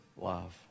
love